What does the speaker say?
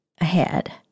ahead